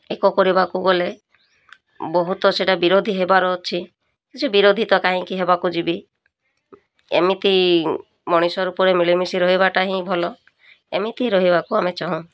ଏକ କରିବାକୁ ଗଲେ ବହୁତ ସେଇଟା ବିରୋଧୀ ହେବାର ଅଛି କିଛି ବିରୋଧୀ ତ କାହିଁକି ହେବାକୁ ଯିବି ଏମିତି ମଣିଷ ରୂପରେ ମିଳିମିଶି ରହିବାଟା ହିଁ ଭଲ ଏମିତି ରହିବାକୁ ଆମେ ଚାହୁଁ